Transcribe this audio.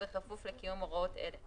יש לכם איזה מערכת שמודדת את זה?